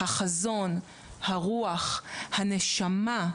החזון, הרוח, הנשמה,